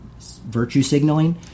virtue-signaling